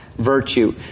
virtue